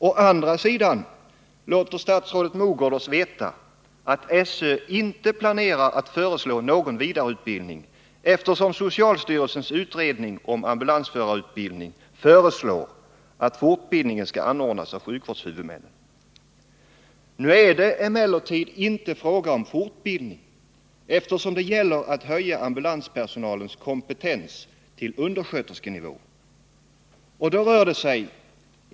Å andra sidan låter hon oss veta att SÖ inte planerar att föreslå någon vidareutbildning, eftersom det i socialstyrelsens utredning om ambulansförarutbildning föreslås att fortbildningen skall anordnas av sjukvårdshuvudmännen. Här är det emellertid inte fråga om fortbildning, eftersom det gäller att höja ambulanspersonalens kompetens till undersköterskenivå.